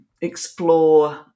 explore